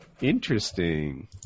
Interesting